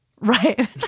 Right